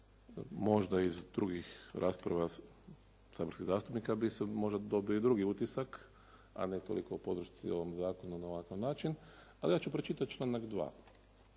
Možda iz drugih rasprava saborskih zastupnika bi se možda dobio i drugi utisak a ne toliko o podršci ovom zakonu na ovakav način ali ja ću pročitati članak 2.